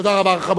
תודה רבה לך.